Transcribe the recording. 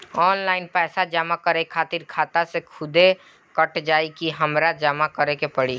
Online पैसा जमा करे खातिर खाता से खुदे कट जाई कि हमरा जमा करें के पड़ी?